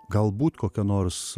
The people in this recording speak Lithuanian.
galbūt kokia nors